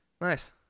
nice